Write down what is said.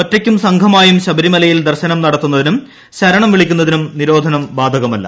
ഒറ്റയ്ക്കും സംഘമായും ശബരിമലയിൽ ദർശനം നടത്തുന്നതിനും ശ്രരണം വിളിക്കുന്നതിനും നിരോധനം ബാധ്കുമല്ല